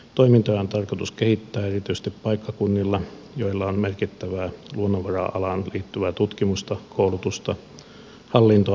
toimintaa on tarkoitus kehittää erityisesti paikkakunnilla joilla on merkittävää luonnonvara alaan liittyvää tutkimusta koulutusta hallintoa ja yritystoimintaa